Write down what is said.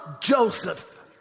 Joseph